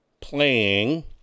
playing